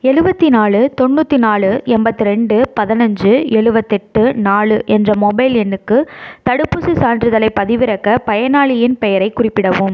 எழுபத்தி நாலு தொண்ணூற்றி நாலு எண்பத்ரெண்டு பதினஞ்சு எழுபத்தெட்டு நாலு என்ற மொபைல் எண்ணுக்கு தடுப்பூசிச் சான்றிதழைப் பதிவிறக்க பயனாளியின் பெயரைக் குறிப்பிடவும்